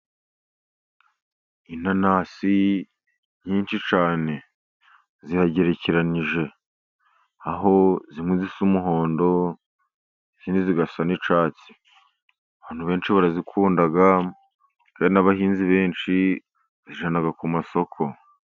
Inanasi nyinshi cyane ziragerekeranije, aho zimwe zisa umuhondo, izindi zigasa n'icyatsi. Abantu benshi barazikunda n'abahinzi benshi bazijyana ku masoko.